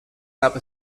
gab